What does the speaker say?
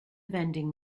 vending